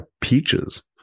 peaches